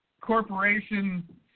Corporation